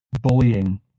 bullying